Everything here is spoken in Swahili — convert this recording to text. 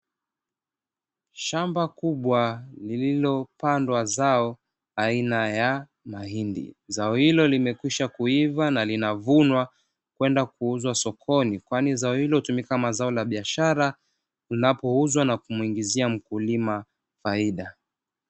Shamba kubwa lililopandwa zao aina ya mahindi. Zao hilo limekwisha kuiva na linavunwa kwenda kuuzwa sokoni, kwani zao hilo hutumika kama zao la biashara, linapouzwa na kumuingizia mkulima faida.